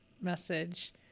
message